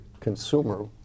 Consumer